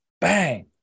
bang